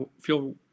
feel